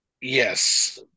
Yes